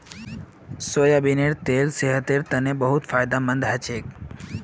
सोयाबीनेर तेल सेहतेर तने बहुत फायदामंद हछेक